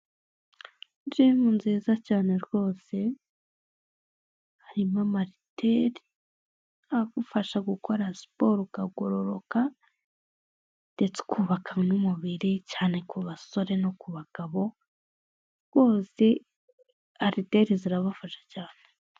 Jimu nziza cyane rwose harimo amariteri agufasha gukora siporo ukagororoka ndetse ukubaka n'umubiri cyane ku basore no ku bagabo bose ariteri zirabafasha cyane.